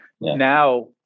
now